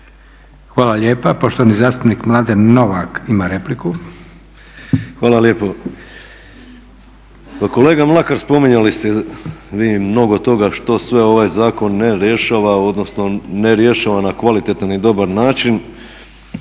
Hvala lijepa. Poštovani zastupnik Mladen Novak, ima repliku. **Novak, Mladen (ORaH)** Pa kolega Mlakar spominjali ste vi mnogo toga što sve ovaj zakon ne rješava, odnosno ne rješava na kvalitetan i dobar način.